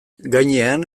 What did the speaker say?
gainean